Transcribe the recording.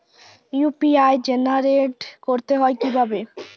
UPI generate করতে হয় কিভাবে?